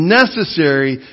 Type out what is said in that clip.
necessary